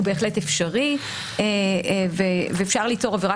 הוא בהחלט אפשרי ואפשר ליצור עבירה